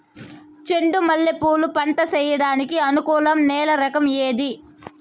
చెండు మల్లె పూలు పంట సేయడానికి అనుకూలం నేల రకం ఏది